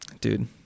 Dude